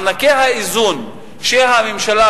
מענקי האיזון שהממשלה,